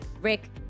Rick